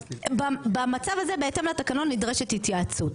במצב הזה בהתאם לתקנון נדרשת התייעצות.